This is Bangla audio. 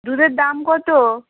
দুধের দাম কত